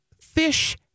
fish